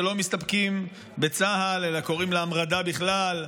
שלא מסתפקים בצה"ל אלא קוראים להמרדה בכלל,